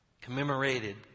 Commemorated